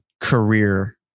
career